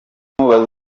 abantu